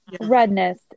redness